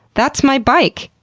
that's my bike!